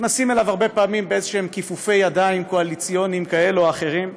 נכנסים אליו הרבה פעמים בכיפופי ידיים קואליציוניים כאלה או אחרים,